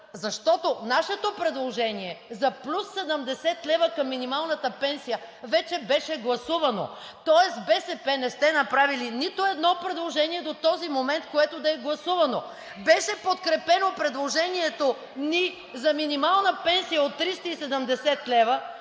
защото нашето предложение за плюс 70 лв. към минималната пенсия вече беше гласувано, тоест БСП не сте направили нито едно предложение до този момент, което да е гласувано. Беше подкрепено предложението ни за минимална пенсия от 370 лв.,